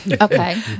Okay